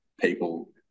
people